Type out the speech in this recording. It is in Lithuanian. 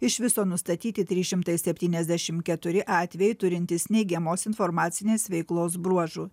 iš viso nustatyti trys šimtai septyniasdešim keturi atvejai turintys neigiamos informacinės veiklos bruožų